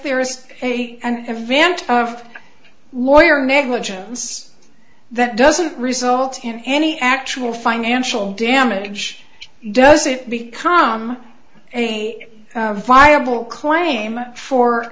there is and event of lawyer negligence that doesn't result in any actual financial damage does it become a viable claim for